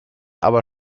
aber